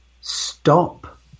stop